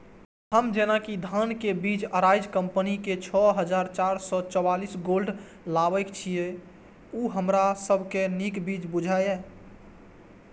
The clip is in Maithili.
हम जेना कि धान के बीज अराइज कम्पनी के छः हजार चार सौ चव्वालीस गोल्ड लगाबे छीय उ हमरा सब के नीक बीज बुझाय इय?